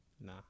Nah